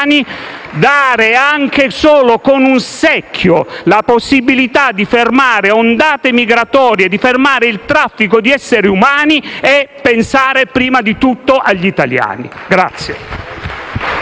dare anche solo con un secchio la possibilità di fermare ondate migratorie e il traffico di esseri umani significa pensare prima di tutto agli italiani.